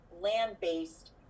land-based